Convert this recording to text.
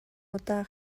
удаа